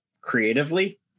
creatively